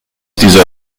dieser